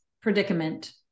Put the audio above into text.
predicament